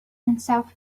himself